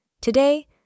Today